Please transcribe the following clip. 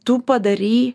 tu padarei